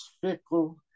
fickle